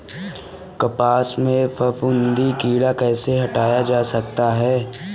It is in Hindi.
कपास से फफूंदी कीड़ा कैसे हटाया जा सकता है?